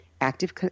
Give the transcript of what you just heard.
Active